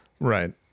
Right